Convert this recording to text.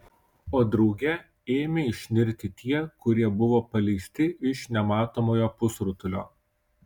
o drauge ėmė išnirti tie kurie buvo paleisti iš nematomojo pusrutulio